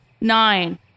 nine